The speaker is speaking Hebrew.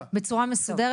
אני אגיד לכם מה לעשות,